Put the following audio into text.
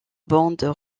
bandes